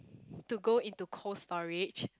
to go into Cold-Storage